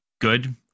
good